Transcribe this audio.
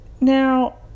Now